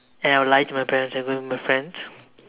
and I will lie to my parents I'm going with my friends